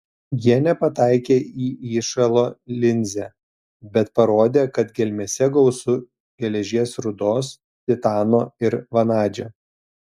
jie nepataikė į įšalo linzę bet parodė kad gelmėse gausu geležies rūdos titano ir vanadžio